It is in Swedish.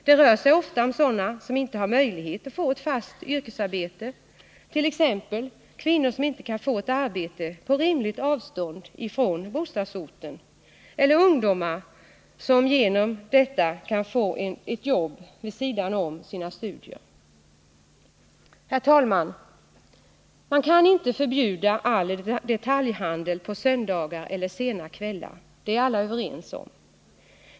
Det rör sig ofta om personer som inte har möjlighet att få ett fast yrkesarbete, t.ex. kvinnor som inte kan få arbete på rimligt avstånd från bostadsorten eller ungdomar som önskar få ett jobb vid sidan av sina studier. Herr talman! Man kan inte förbjuda all detaljhandel på söndagar eller sena kvällar. Det är alla överens om.